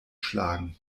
schlagen